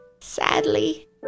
Sadly